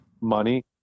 money